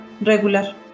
Regular